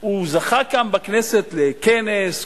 הוא זכה כאן בכנסת לכנס,